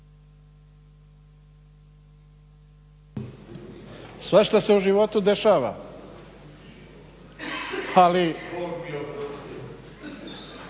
svašta se u životu dešava ali